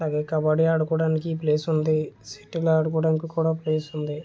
అలాగే కబడ్డీ ఆడుకోవడానికి ప్లేస్ ఉంది షెటిల్ ఆడుకోవడానికి కూడా ప్లేస్ ఉంది